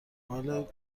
حال